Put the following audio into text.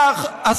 רק אומר.